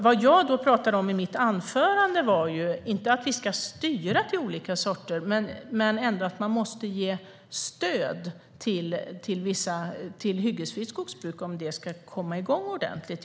Vad jag pratade om i mitt anförande var inte att vi ska styra till olika sorters skogsbruk men att man måste ge stöd till hyggesfritt skogsbruk om det ska komma igång ordentligt.